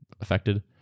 affected